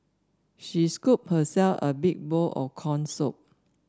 she scooped herself a big bowl of corn soup